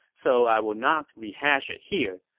so i will not rehash it here.